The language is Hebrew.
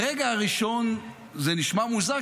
ברגע הראשון זה נשמע מוזר,